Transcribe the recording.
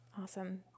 Awesome